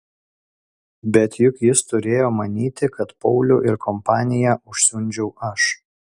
bet juk jis turėjo manyti kad paulių ir kompaniją užsiundžiau aš